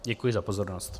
Děkuji za pozornost.